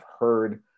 Heard